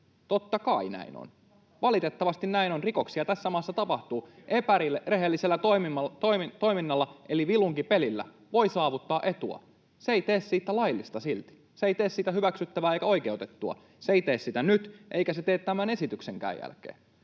vastauspuheenvuoroa] Valitettavasti näin on. Rikoksia tässä maassa tapahtuu. Epärehellisellä toiminnalla eli vilunkipelillä voi saavuttaa etua. Se ei tee siitä laillista silti. Se ei tee siitä hyväksyttävää eikä oikeutettua — se ei tee sitä nyt, eikä se tee tämän esityksenkään jälkeen.